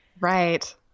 right